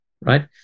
right